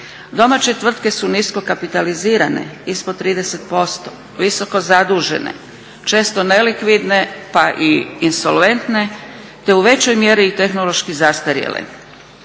Domaće tvrtke su nisko kapitalizirane, ispod 30%, visoko zadužene, često nelikvidne pa i insolventne te u većoj mjeri i tehnološki zastarjele.